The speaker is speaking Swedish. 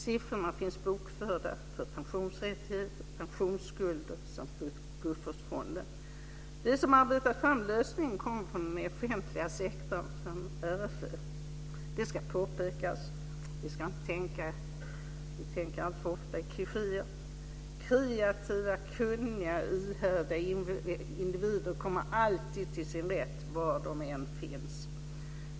Siffrorna finns bokförda för pensionsrättigheter, pensionsskulder samt buffertfond. De som har arbetat fram lösningen kommer från den offentliga sektorn, från RFV. Det ska påpekas. Vi tänker alltför ofta i klichéer. Kreativa, kunniga och ihärdiga individer kommer alltid till sin rätt var de än finns.